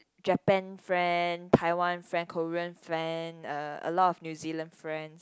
Japan friends Taiwan friends and Korean friends and a lot of New-Zealand friends